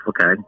okay